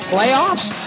Playoffs